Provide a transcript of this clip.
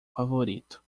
favorito